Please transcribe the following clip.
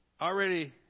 already